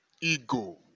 ego